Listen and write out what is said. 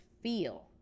feel